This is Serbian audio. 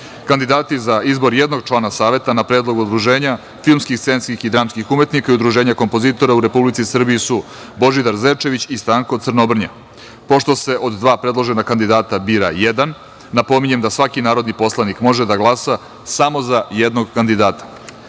Srbiji. Kandidati za izbor jednog člana Saveta na predlog Udruženja filskih, scenskih i dramskih umetnika i Udruženja kompozitora u Republici Srbiji su Božidar Zečević i Stanko Crnobrnja. Pošto se od dva predložena kandidata bira jedan, napominjem da svaki narodni poslanik može da glasa samo za jednog kandidata.Za